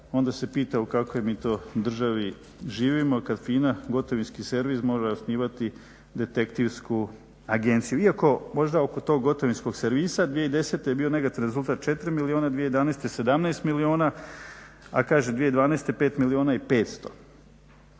onda se pita u kakvoj mi to državi živimo kad FINA gotovinski servis može osnivati detektivsku agenciju iako možda oko tog gotovinskog servisa 2010. je bio negativan rezultat 4 milijuna, 2011. 17 milijuna a kažem 2012. 5 milijuna i 500, prema